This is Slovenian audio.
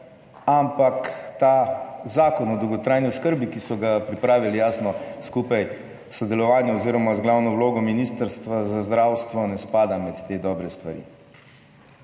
ampak ta Zakon o dolgotrajni oskrbi, ki so ga pripravili, jasno, skupaj s sodelovanjem oziroma z glavno vlogo Ministrstva za zdravstvo, ne spada med te dobre stvari.